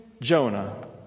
Jonah